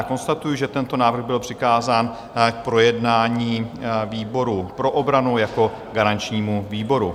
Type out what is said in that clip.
Konstatuji, že tento návrh byl přikázán k projednání výboru pro obranu jako garančnímu výboru.